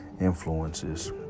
influences